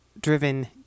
driven